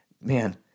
man